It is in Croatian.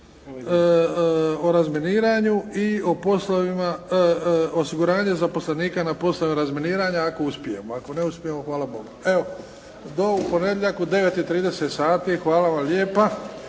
o razminiranju i o poslovima osiguranja zaposlenika na poslovima razminiranja ako uspijemo, ako ne uspijemo hvala Bogu. U ponedjeljak u 9,30 sati. Hvala vam lijepa.